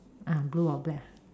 ah blue or black ah